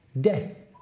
death